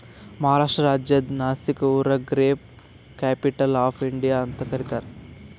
ಮಹಾರಾಷ್ಟ್ರ ರಾಜ್ಯದ್ ನಾಶಿಕ್ ಊರಿಗ grape capital of India ಅಂತ್ ಕರಿತಾರ್